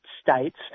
States